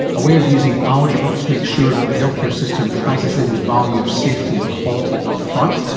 a way of using algebra to make sure that the healthcare system prices in the value of safety and quality up front,